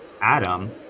Adam